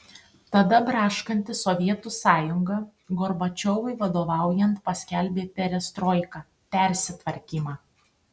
tada braškanti sovietų sąjunga gorbačiovui vadovaujant paskelbė perestroiką persitvarkymą